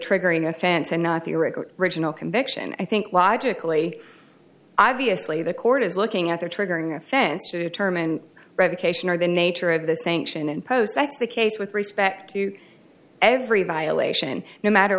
the original conviction i think logically obviously the court is looking at the triggering offense to determine revocation or the nature of the sanction imposed like the case with respect to every violation no matter